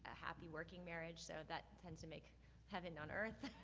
ah happy working marriage, so that tends to make heaven on earth.